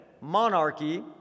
monarchy